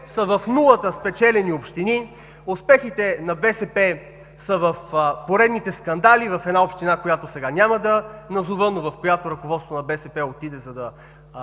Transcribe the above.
са в нулата спечелени общини, успехите на БСП са в поредните скандали в една община, която сега няма да назова, но в която ръководството на БСП отиде, за да